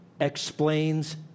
explains